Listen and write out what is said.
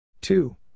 Two